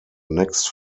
next